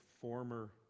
former